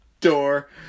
door